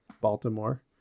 Baltimore